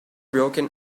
broken